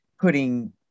putting